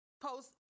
post